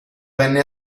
venne